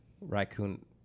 raccoon